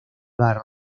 barro